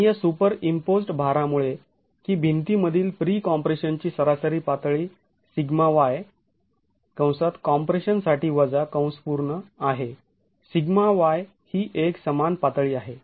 आणि या सुपरईम्पोज्ड् भारामुळे की भिंतीमधील प्री कॉम्प्रेशन ची सरासरी पातळी σy कॉम्प्रेशन साठी वजा आहे σy ही एक समान पातळी आहे